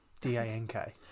D-A-N-K